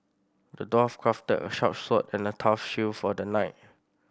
the dwarf crafted a sharp sword and a tough shield for the knight